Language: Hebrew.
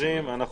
אנחנו